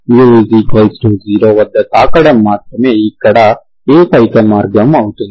μ 0 వద్ద తాకడం మాత్రమే ఇక్కడ ఏకైక మార్గం అవుతుంది